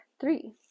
three